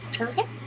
Okay